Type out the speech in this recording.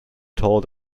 told